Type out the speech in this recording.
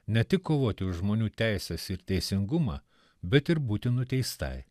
ne tik kovoti už žmonių teises ir teisingumą bet ir būti nuteistai